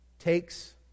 takes